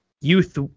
youth